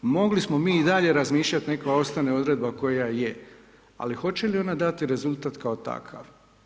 Mogli smo mi i dalje razmišljati neka ostane odredba koja je, ali hoće li ona dati rezultat kao takav.